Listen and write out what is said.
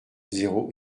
zéro